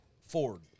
Ford